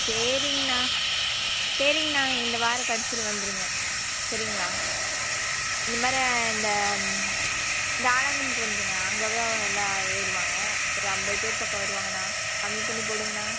சரிங்கண்ணா சரிங்கண்ணா இந்த வார கடைசியில வந்துருங்க சரிங்களா இந்த மாதிரி இந்த இந்த வந்துருங்க அங்கேதான் எல்லா ஏறுவாங்க ஒரு ஐம்பது பேர் பக்கம் வருவாங்க அண்ணா கம்மி பண்ணி போடுங்க அண்ணா